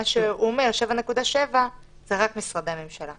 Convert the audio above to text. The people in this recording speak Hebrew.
מה שהוא אומר, 7.7%, זה רק משרדי הממשלה.